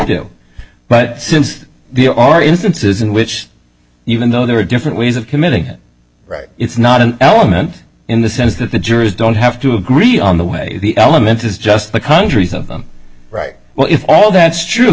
do but since you are instances in which even though there are different ways of committing it it's not an element in the sense that the jurors don't have to agree on the way the element is just the countries of them right well if all that's true